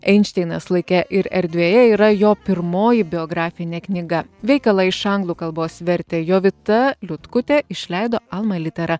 einšteinas laike ir erdvėje yra jo pirmoji biografinė knyga veikalą iš anglų kalbos vertė jovita liutkutė išleido alma litera